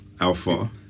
Alpha